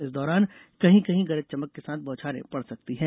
इस दौरान कहीं कहीं गरज चमक के साथ बौछारें पड़ सकती हैं